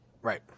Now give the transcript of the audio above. Right